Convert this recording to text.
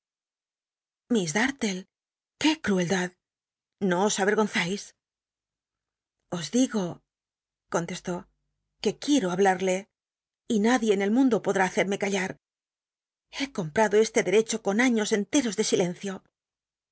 miss dartle qué crueldad no os avergonzais os digo contestó que uiero hablarle y nadie en el mundo podni hacerme e tjlar he comprado este derecho con años enteros de silencio